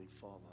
Father